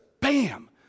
bam